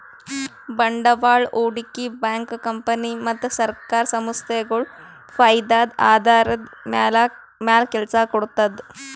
ಬಂಡವಾಳ್ ಹೂಡಿಕೆ bank company ಮತ್ತ್ ಸರ್ಕಾರ್ ಸಂಸ್ಥಾಗೊಳ್ ಫೈದದ್ದ್ ಆಧಾರದ್ದ್ ಮ್ಯಾಲ್ ಕೆಲಸ ಮಾಡ್ತದ್